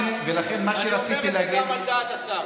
אני אומר את זה גם על דעת השר.